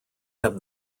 have